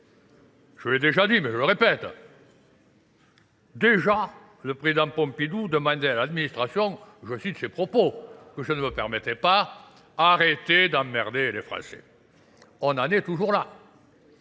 Je l'ai déjà dit, mais je le répète. Déjà, le président Pompidou demandait à l'administration, je cite ses propos, que ça ne me permettait pas d'arrêter d'emmerder les Français. On en est toujours là.